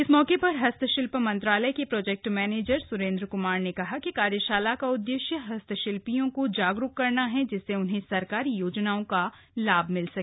इस मौके पर हस्त शिल्प मंत्रालय के प्रोजेक्ट मैंनेजर स्रैंद्र क्मार ने कहा कि कार्यशाला का उद्देश्य हस्तशिल्पियों को जागरूक करना है जिससे उन्हें सरकारी योजनाओं का लाभ मिल सके